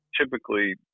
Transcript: typically